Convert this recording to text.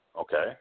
Okay